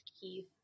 Keith